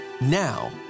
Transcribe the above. Now